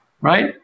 Right